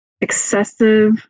excessive